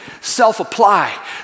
self-apply